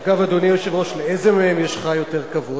אגב, אדוני היושב-ראש, לאיזה מהם יש לך יותר כבוד?